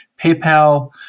PayPal